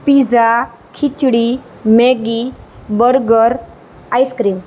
pizza khichdi Maggi burger ice cream